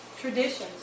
traditions